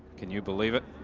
can you believe it?